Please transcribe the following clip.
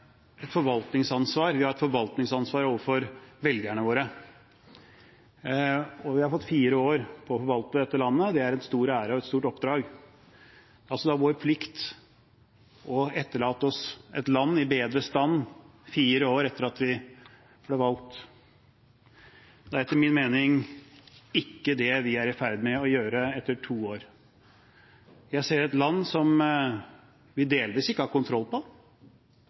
et forvaltningsansvar. Vi har et forvaltningsansvar overfor velgerne våre, og vi har fått fire år til å forvalte dette landet. Det er en stor ære og et stort oppdrag. Det er altså da vår plikt å etterlate oss et land i bedre stand fire år etter at vi ble valgt. Det er etter min mening ikke det vi er i ferd med å gjøre etter to år. Jeg ser et land som vi delvis ikke har kontroll